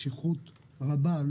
שכרות רבה,